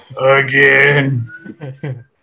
Again